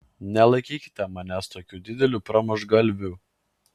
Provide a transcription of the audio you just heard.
nelaikykite manęs tokiu dideliu pramuštgalviu